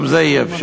גם זה אי-אפשר.